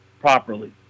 properly